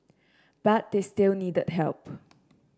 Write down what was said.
but they still needed help